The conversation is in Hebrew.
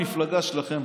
המפלגה שלכם,